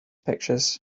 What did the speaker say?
pictures